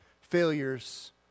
failures